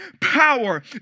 power